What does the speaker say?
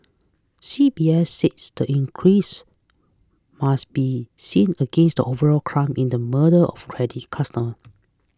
C B S said the increase must be seen against the overall climb in the murder of credit customer